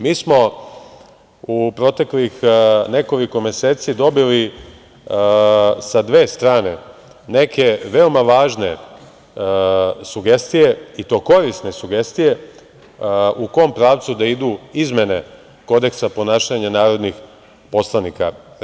Mi smo u proteklih nekoliko meseci dobili sa dve strane neke veoma važne sugestije i to korisne sugestije u kom pravcu da idu izmene Kodeksa ponašanja narodnih poslanika.